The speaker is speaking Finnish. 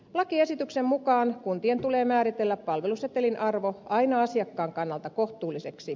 lakiesityksen mukaan kuntien tulee määritellä palvelusetelin arvo aina asiakkaan kannalta kohtuulliseksi